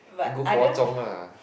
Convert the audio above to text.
then go Huazhong lah